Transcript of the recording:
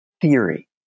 theory